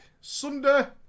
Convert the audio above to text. Sunder